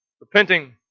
Repenting